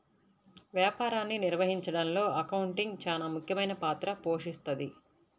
వ్యాపారాన్ని నిర్వహించడంలో అకౌంటింగ్ చానా ముఖ్యమైన పాత్ర పోషిస్తది